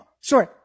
Sorry